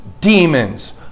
demons